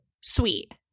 sweet